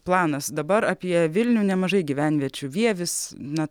planas dabar apie vilnių nemažai gyvenviečių vievis na